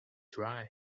dry